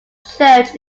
church